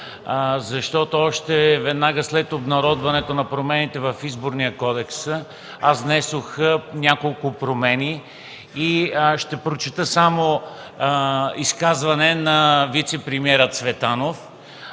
защото още веднага след обнародването на промените в Изборния кодекс аз внесох няколко промени. Ще прочета само изказване на вицепремиера Цветанов